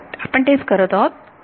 विद्यार्थी आपण ते करत आहोत